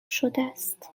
شدهست